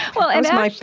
well, and like